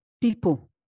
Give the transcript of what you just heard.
people